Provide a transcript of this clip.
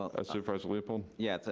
ah supervisor leopold? yeah,